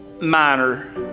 Minor